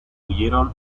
huyeron